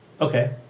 Okay